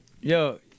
Yo